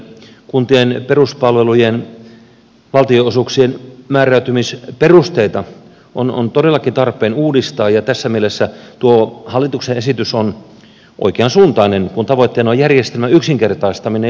kuntien peruspalvelujen valtionosuuksien määräytymisperusteita on todellakin tarpeen uudistaa ja tässä mielessä tuo hallituksen esitys on oikeansuuntainen kun tavoitteena on järjestelmän yksinkertaistaminen ja selkeyttäminen